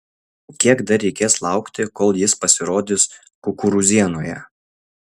kiek dar reikės laukti kol jis pasirodys kukurūzienoje